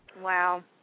Wow